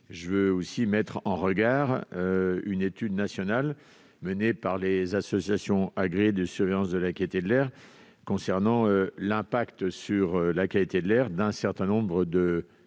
je veux mettre en avant une étude nationale menée par les associations agréées de surveillance de la qualité de l'air concernant l'impact sur cette dernière d'un certain nombre de